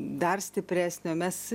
dar stipresnio mes